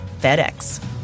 FedEx